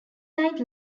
died